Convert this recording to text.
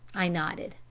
i nodded.